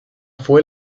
fue